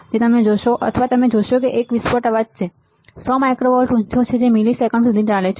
જે તમે જોશો અથવા તમે જોશો કે ત્યાં એક વિસ્ફોટનો અવાજ છે જે સો માઇક્રો વોલ્ટ ઊંચો છે જે મિલિસેકન્ડ સુધી ચાલે છે